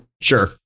Sure